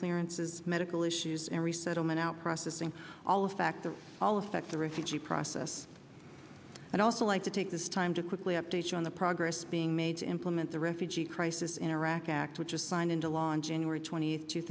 clearances medical issues and resettlement out processing all affect the all affect the refugee process and also like to take this time to quickly update you on the progress being made to implement the refugee crisis in iraq act which is signed into law on january twenty